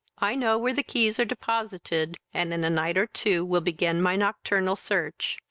i know where the keys are deposited, and in a night or two will begin my nocturnal search.